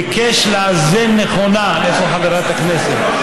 ביקש לאזן נכונה, איפה חברת הכנסת?